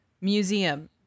museum